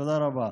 תודה רבה.